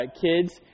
kids